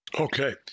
Okay